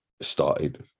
started